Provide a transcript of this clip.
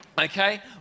Okay